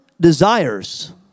desires